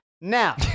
Now